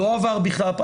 או שלא עבר בכלל.